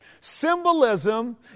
Symbolism